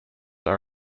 are